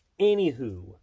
Anywho